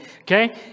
Okay